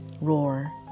roar